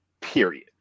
period